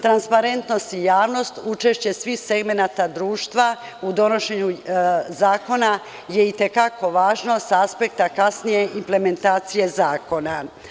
Transparentnost i javnost, učešće svih segmenata društva u donošenju zakona je i te kako važno sa aspekta efikasnije implementacije zakona.